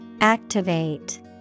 Activate